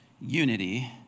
unity